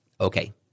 Okay